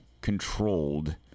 controlled